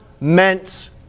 meant